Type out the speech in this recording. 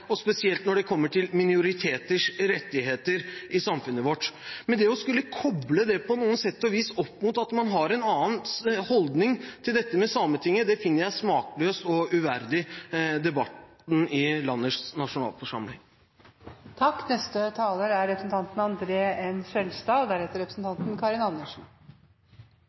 spesielt når det kommer til minoriteters rettigheter i samfunnet vårt. Men å koble det opp mot at man har en annen holdning til dette med Sametinget, finner jeg smakløst og uverdig i en debatt i landets nasjonalforsamling. I stedet for å gjøre som en del andre,